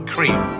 Cream